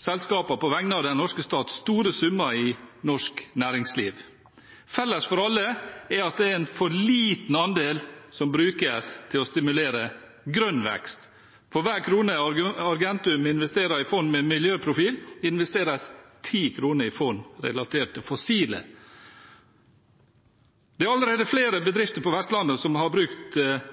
selskapene på vegne av den norske stat store summer i norsk næringsliv. Felles for alle er at det er en for liten andel som brukes til å stimulere grønn vekst. For hver krone Argentum investerer i fond med miljøprofil, investeres 10 kr i fond relatert til fossile. Det er allerede flere bedrifter på Vestlandet som har brukt